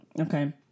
okay